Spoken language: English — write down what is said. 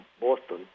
Boston